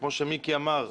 וכמו שמיקי אמר,